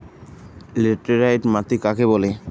Laterite মাটি কাকে বলে?